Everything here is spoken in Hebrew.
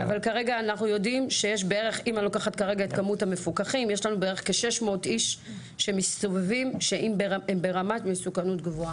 אבל כרגע אנחנו יודעים שיש כ-600 איש שמסתובבים והם ברמת מסוכנות גבוהה.